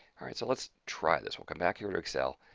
all right so let's try this we'll come back here to excel,